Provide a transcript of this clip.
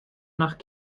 nach